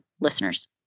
listeners